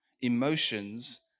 Emotions